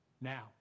Now